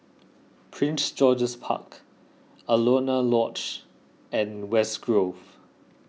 Prince George's Park Alaunia Lodge and West Grove